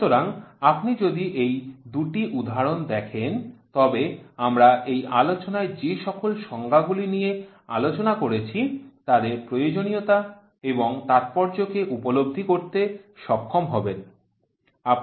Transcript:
সুতরাং আপনি যদি এই দুটি উদাহরণ দেখেন তবে আমরা এই আলোচনায় যে সকল সংজ্ঞাগুলি নিয়ে আলোচনা করেছি তাদের প্রয়োজনীয়তা এবং তাদের তাৎপর্যকে উপলব্ধি করতে সক্ষম হবেন